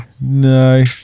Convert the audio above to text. no